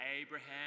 Abraham